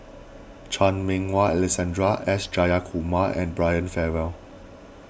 Chan Meng Wah Alexander S Jayakumar and Brian Farrell